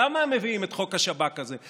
למה הם מביאים את חוק השב"כ הזה?